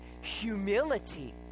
humility